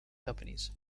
companies